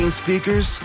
speakers